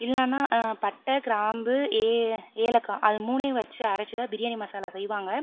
இல்லைனா பட்டை கிராம்பு ஏ ஏலக்காய் அதை மூணையும் வச்சு அரச்சுதான் பிரியாணி மசாலா செய்வாங்க